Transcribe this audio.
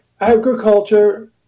agriculture